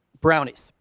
brownies